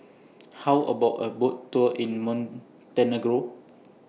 How about A Boat Tour in Montenegro